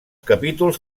capítols